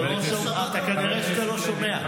כנראה אתה לא שומע.